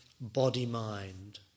body-mind